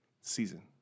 Season